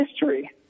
history